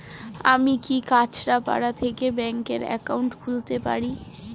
আমি কি কাছরাপাড়া থেকে ব্যাংকের একাউন্ট খুলতে পারি?